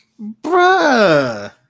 Bruh